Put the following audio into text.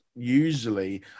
usually